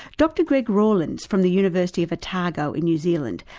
dr gregory rawlings, from the university of otago in new zealand,